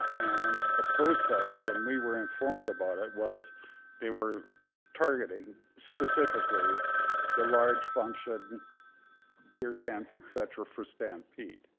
and the process when we were informed about it, was they were targeting specifically the large function beer tents, et cetera, for stampede.